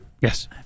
Yes